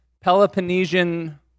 Peloponnesian